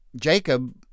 jacob